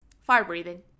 fire-breathing